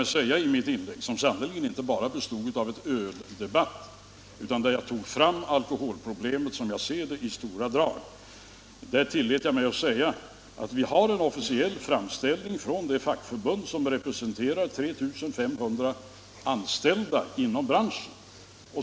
I mitt första anförande, som sannerligen inte bara var ett inlägg i öldebatten — jag tog där upp alkoholproblemet som jag ser det i stora drag — tillät jag mig att säga att det har gjorts en officiell framställning från det fackförbund som representerar flertalet av de 5 500 anställda inom branschen.